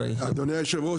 אדוני היושב ראש,